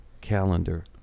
calendar